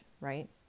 right